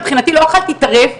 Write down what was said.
מבחינתי לא אכלתי טרף,